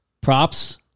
props